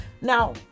Now